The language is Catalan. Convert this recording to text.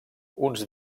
uns